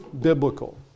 biblical